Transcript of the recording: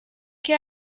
que